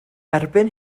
erbyn